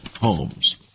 homes